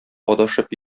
адашып